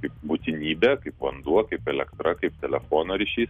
kaip būtinybė kaip vanduo kaip elektra kaip telefono ryšys